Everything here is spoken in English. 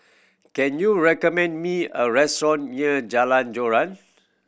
can you recommend me a restaurant near Jalan Joran